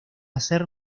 hacer